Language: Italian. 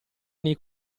nei